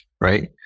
right